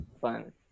fun